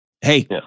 Hey